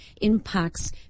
impacts